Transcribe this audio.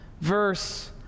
verse